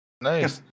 Nice